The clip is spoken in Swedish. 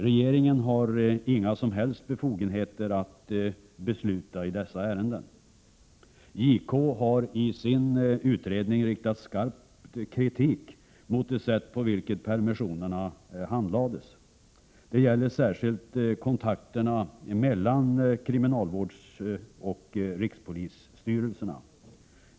Regeringen har inga som helst befogenheter att besluta i dessa ärenden. JK har i sin utredning riktat skarp kritik mot det sätt på vilket permissionerna handlades. Det gäller särskilt kontakterna mellan kriminalvårdsstyrelsen och rikspolisstyrelsen.